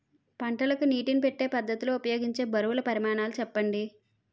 పంటలకు నీటినీ పెట్టే పద్ధతి లో ఉపయోగించే బరువుల పరిమాణాలు చెప్పండి?